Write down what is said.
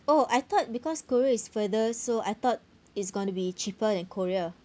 oh I thought because korea is further so I thought it's going to be cheaper than korea